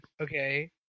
Okay